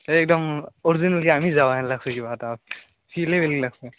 এই একদম অৰিজিনেলী আমি যাৱা যেন লাগিছে কিবা এটা লাগিছে